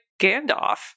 Gandalf